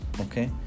okay